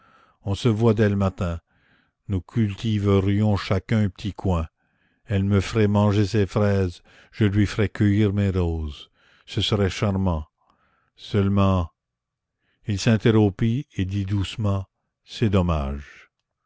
on se voit dès le matin nous cultiverions chacun un petit coin elle me ferait manger ses fraises je lui ferais cueillir mes roses ce serait charmant seulement il s'interrompit et dit doucement c'est dommage